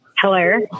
Hello